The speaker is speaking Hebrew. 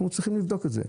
אנחנו צריכים לבדוק את זה.